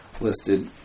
listed